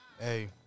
Hey